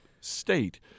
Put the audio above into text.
state